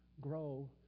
grow